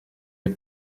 les